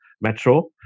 metro